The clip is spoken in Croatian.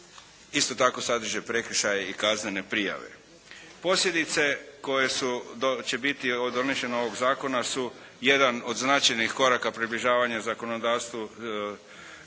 isto tako sadrže prekršaje i kaznene prijave. Posljedice koje će biti od donošenja ovog Zakona su jedan od značajnih koraka približavanja zakonodavstva,